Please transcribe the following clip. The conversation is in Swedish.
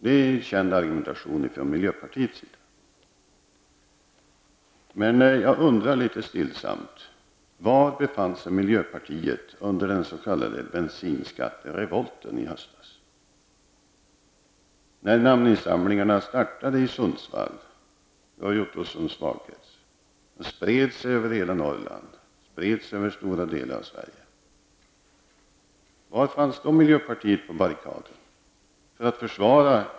Det är känt sätt att argumentera från miljöpartiets sida. Jag undrar litet stillsamt: var befann sig miljöpartiet i höstas under den s.k. bensinskatterevolten? När namninsamlingarna startade i Sundsvall, Roy Norrland och stora delar av Sverige -- var fanns då miljöpartisterna? Inte på barrikaderna i varje fall!